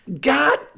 God